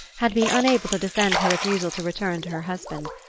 had been unable to defend her refusal to return to her husband.